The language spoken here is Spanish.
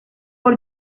por